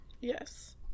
Yes